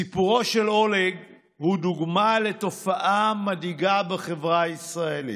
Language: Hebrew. סיפורו של אולג הוא דוגמה לתופעה מדאיגה בחברה הישראלית.